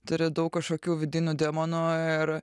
turi daug kažkokių vidinių demonų ir